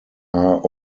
are